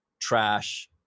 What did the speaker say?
trash